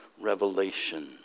revelation